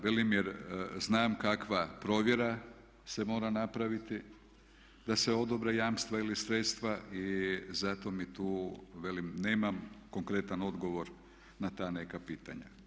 Velim jer znam kakva provjera se mora napraviti da se odobre jamstva ili sredstva i zato mi tu, velim nemam konkretan odgovor na ta neka pitanja.